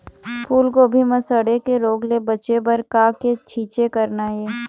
फूलगोभी म सड़े के रोग ले बचे बर का के छींचे करना ये?